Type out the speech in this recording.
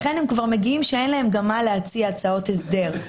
לכן הם כבר מגיעים כשאין להם גם הצעות הסדר להציע.